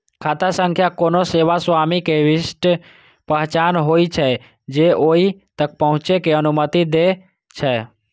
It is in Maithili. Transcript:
खाता संख्या कोनो सेवा स्वामी के विशिष्ट पहचान होइ छै, जे ओइ तक पहुंचै के अनुमति दै छै